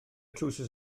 trywsus